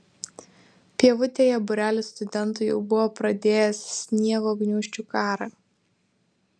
pievutėje būrelis studentų jau buvo pradėjęs sniego gniūžčių karą